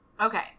Okay